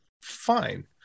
fine